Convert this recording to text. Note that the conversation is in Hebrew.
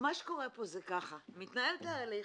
מה שקורה פה זה ככה, מתנהל תהליך